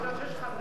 זבולון,